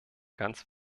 ganz